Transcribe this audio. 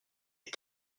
est